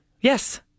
Yes